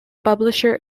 publisher